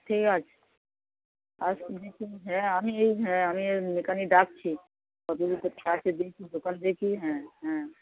ঠিক আছে আছে হ্যাঁ আমি এই হ্যাঁ আমি এই মেকানিক ডাকছি দোকান দেখি হ্যাঁ হ্যাঁ